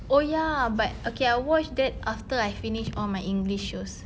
oh ya but okay I'll watch that after I finish all my english shows